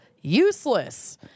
useless